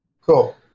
Cool